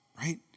Right